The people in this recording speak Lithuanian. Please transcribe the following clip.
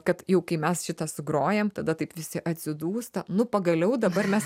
kad jau kai mes šitą sugrojam tada taip visi atsidūsta nu pagaliau dabar mes